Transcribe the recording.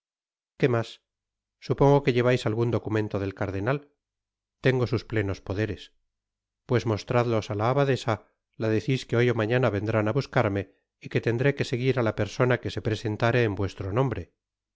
qué mas supongo que llevais algun documento del cardenal tengo sus plenos poderes content from google book search generated at pues mostradlos á la abadesa la decis que hoy ó mañana vendrán á buscar me y que tendré que seguir á la persona que se presentare en vuestro nombre